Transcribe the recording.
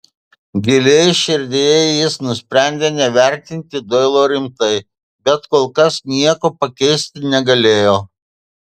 giliai širdyje jis nusprendė nevertinti doilio rimtai bet kol kas nieko pakeisti negalėjo